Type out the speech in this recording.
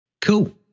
cool